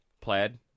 Plaid